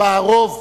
חברי הכנסת,